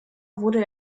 wurde